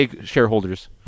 shareholders